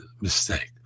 mistake